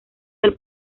del